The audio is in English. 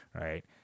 right